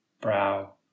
brow